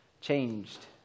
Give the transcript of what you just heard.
changed